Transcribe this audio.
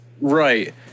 Right